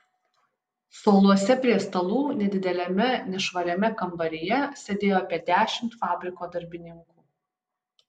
suoluose prie stalų nedideliame nešvariame kambaryje sėdėjo apie dešimt fabriko darbininkų